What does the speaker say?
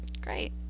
great